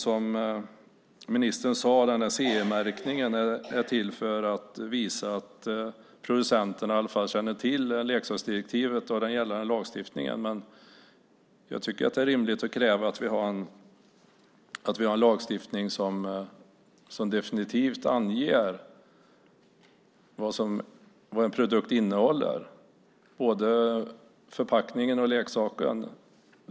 Som ministern sade är CE-märkningen till för att visa att producenterna i alla fall känner till leksaksdirektivet och den gällande lagstiftningen. Men jag tycker att det är rimligt att kräva att vi har en lagstiftning som definitivt anger vad en produkt innehåller, både förpackningen och leksaken.